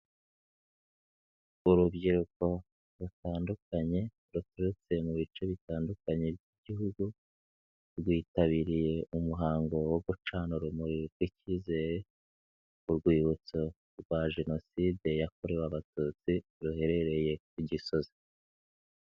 Urubyiruko rutandukanye ruturutse mu bice bitandukanye by'igihugu, rwitabiriye umuhango wo gucana urumuri rw'i ikizere, ku rwibutso rwa jenoside yakorewe abatutsi ruherereye ku Gisozi.